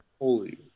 Holy